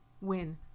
win